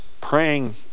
praying